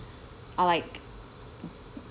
are like